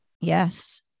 Yes